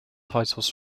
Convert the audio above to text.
titles